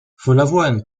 follavoine